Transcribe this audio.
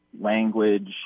language